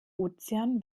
ozean